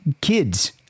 kids